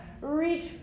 Reach